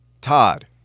Todd